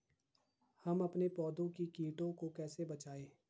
हम अपने पौधों को कीटों से कैसे बचाएं?